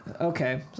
Okay